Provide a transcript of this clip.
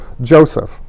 Joseph